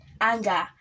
anger